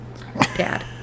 dad